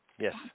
Yes